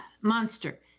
monster